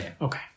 Okay